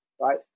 right